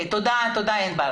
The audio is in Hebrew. תודה, ענבל.